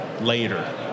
later